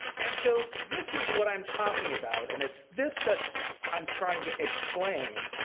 and so this is what i'm talking about. and it's this that i'm trying to explain.